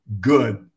good